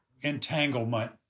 entanglement